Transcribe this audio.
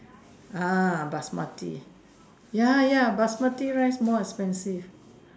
ah Basmati ya ya Basmati rice more expensive